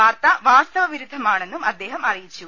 വാർത്ത വാസ്തവവിരുദ്ധമാ ണെന്നും അദ്ദേഹം അറിയിച്ചു